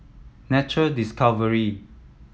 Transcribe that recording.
Nature Discovery